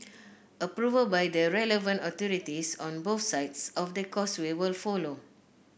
approval by the relevant authorities on both sides of the Causeway will follow